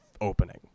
opening